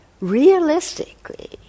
realistically